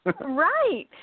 Right